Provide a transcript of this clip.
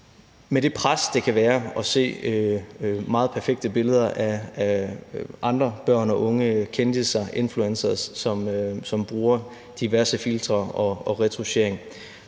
med det pres, det kan være at se meget perfekte billeder af andre børn og unge, kendisser, influencere, som bruger diverse filtre og retouchering.